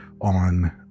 on